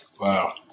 Wow